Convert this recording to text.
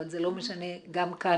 אבל זה לא משנה גם כאן.